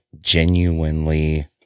genuinely